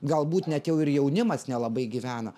galbūt net jau ir jaunimas nelabai gyvena